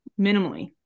minimally